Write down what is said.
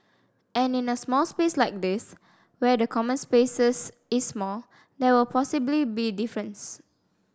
and in a small space like this where the common spaces is small there will possibly be difference